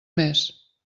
més